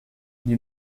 you